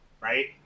right